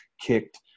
kicked